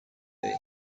day